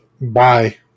bye